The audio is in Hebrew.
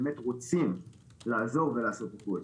באמת רוצים לעזור ולעשות הכול.